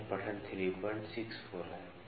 तो यह पठन 364 है